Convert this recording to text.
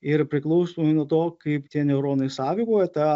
ir priklausomai nuo to kaip tie neuronai sąveikauja ta